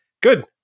Good